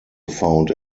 found